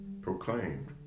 proclaimed